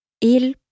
Il